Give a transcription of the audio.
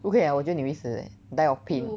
不可以了我觉得你会死 eh die of pain